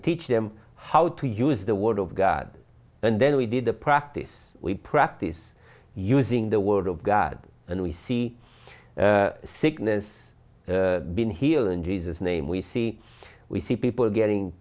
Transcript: teach them how to use the word of god and then we did a practice we practice using the word of god and we see sickness been here in jesus name we see we see people getting